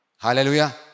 Hallelujah